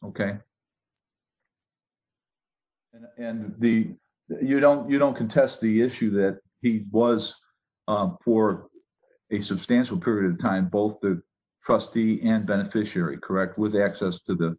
ok and the you don't you don't contest the issue that he was poor a substantial proof time both the trustee and beneficiary correct with access to the